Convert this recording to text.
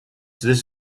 this